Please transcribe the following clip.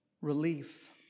relief